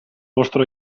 vostro